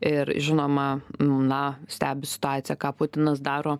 ir žinoma na stebi situaciją ką putinas daro